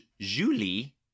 Julie